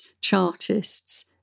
Chartists